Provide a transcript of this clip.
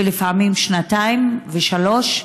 לפעמים שנתיים ושלוש,